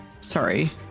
Sorry